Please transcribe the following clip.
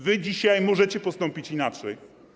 Wy dzisiaj możecie postąpić inaczej.